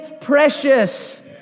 precious